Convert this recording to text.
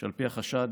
שעל פי החשד